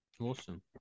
Awesome